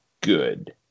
good